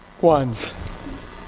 ones